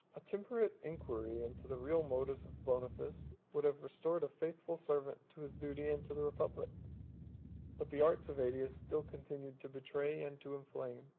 a temperate inquiry into the real motives of boniface would have restored a faithful servant to his duty and to the republic but the arts of aetius still continued to betray and to inflame,